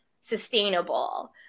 sustainable